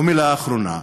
ומילה אחרונה: